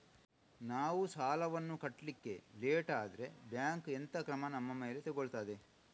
ನಾವು ಸಾಲ ವನ್ನು ಕಟ್ಲಿಕ್ಕೆ ಲೇಟ್ ಆದ್ರೆ ಬ್ಯಾಂಕ್ ಎಂತ ಕ್ರಮ ನಮ್ಮ ಮೇಲೆ ತೆಗೊಳ್ತಾದೆ?